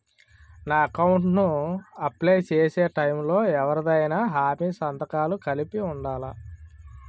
నా అకౌంట్ ను అప్లై చేసి టైం లో ఎవరిదైనా హామీ సంతకాలు కలిపి ఉండలా?